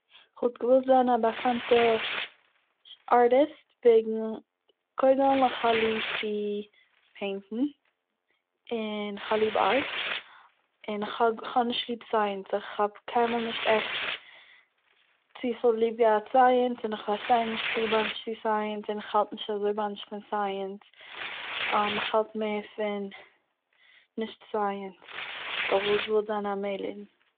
כ'וואלט געוואלט זיין א באקאנטע ארטיסט, וועגן קודם איך האב ליב צו פעינטן, און כ'האב ליב ארט, און כ'הא- כ'האב נישט ליב סייענס, כ'האב קיינמאל נישט עכט צופיל ליב געהאט סייענס און איך פארשטיי נישט צו באנטש צו סייענס און איך האלט נישט אזוי באנטש פון סייענס איך האלט מער פון נישט סייענס, כ'וואלט געוואלט זיין א מעלער